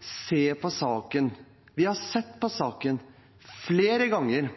se på saken. Vi har sett på saken – flere ganger.